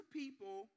people